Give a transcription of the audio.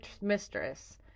mistress